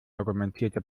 argumentierte